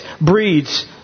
breeds